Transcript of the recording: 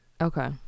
okay